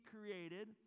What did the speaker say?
created